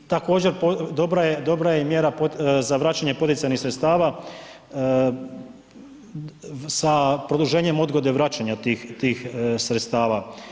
Također dobra je i mjera za vraćanje poticajnih sredstava sa produženje odgode vraćanja tih sredstava.